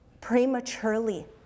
prematurely